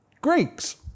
Greeks